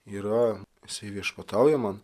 yra jisai viešpatauja man